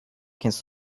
kennst